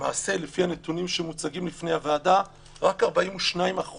למעשה לפי הנתונים שמוצגים לפני הוועדה, רק 42%